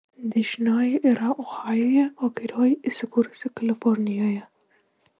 dešinioji yra ohajuje o kairioji įsikūrusi kalifornijoje